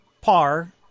par